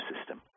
system